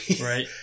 Right